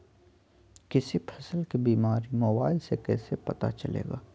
किसी फसल के बीमारी मोबाइल से कैसे पता चलेगा?